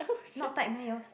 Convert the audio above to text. not tight meh yours